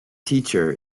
teacher